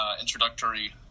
introductory